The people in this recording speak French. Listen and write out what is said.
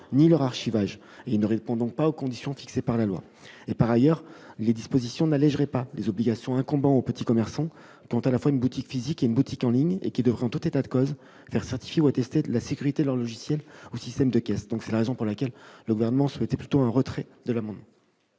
ni leur archivage. Il ne répond donc pas aux conditions fixées par la loi. Par ailleurs, les dispositions n'allégeraient pas les obligations incombant aux petits commerçants qui ont à la fois une boutique physique et une boutique en ligne, qui devraient en tout état de cause faire certifier ou attester de la sécurité de leur logiciel ou système de caisse. Dans ces conditions, le Gouvernement sollicite le retrait de l'amendement.